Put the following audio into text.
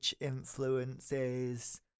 influences